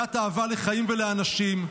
מלאת אהבה לחיים ולאנשים,